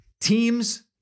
teams